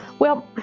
well,